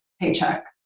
paycheck